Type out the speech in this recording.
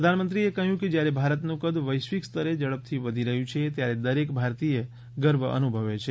પ્રધાનમંત્રીએ કહ્યું કે જ્યારે ભારતનું કદ વૈશ્વિક સ્તરે ઝડપથી વધી રહ્યું છે ત્યારે દરેક ભારતીય ગર્વ અનુભવે છે